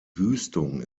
wüstung